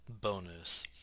bonus